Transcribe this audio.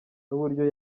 n’uburyo